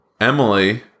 Emily